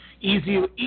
easier